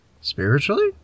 spiritually